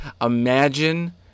imagine